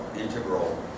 integral